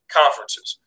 conferences